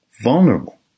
vulnerable